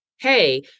Hey